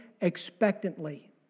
expectantly